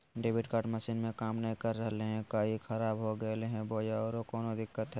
Debit card machine में काम नाय कर रहले है, का ई खराब हो गेलै है बोया औरों कोनो दिक्कत है?